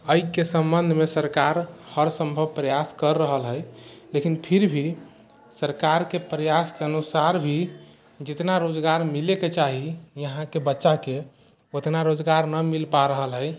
एहिके सम्बन्धमे सरकार हरसम्भव प्रयास करि रहल हइ लेकिन फिर भी सरकारके प्रयासके अनुसार भी जतना रोजगार मिलैके चाही यहाँके बच्चाके ओतना रोजगार नहि मिल पा रहल हइ